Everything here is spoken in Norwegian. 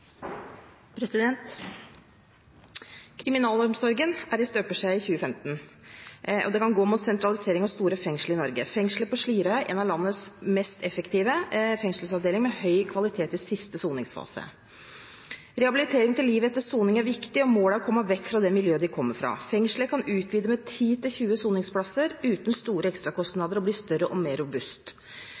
måte. «Kriminalomsorgen er i støpeskjeen i 2015, og det kan gå mot sentralisering og store fengsler i Norge. Fengselet på Slidreøya er en av landets mest effektive fengselsavdelinger med høy kvalitet i siste soningsfase. Rehabilitering til livet etter soning er viktig, og målet er å komme vekk fra det miljøet de kommer fra. Fengselet kan utvide med 10–20 soningsplasser uten store ekstrakostnader og bli større og mer robust.